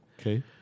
Okay